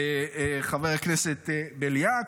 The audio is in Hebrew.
חבר הכנסת בליאק,